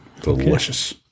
Delicious